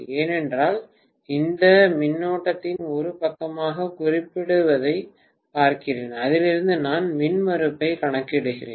ஏனென்றால் இந்த மின்னோட்டத்தையும் ஒரே பக்கமாகக் குறிப்பிடுவதைப் பார்க்கிறேன் அதிலிருந்து நான் மின்மறுப்பைக் கணக்கிடுகிறேன்